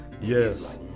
Yes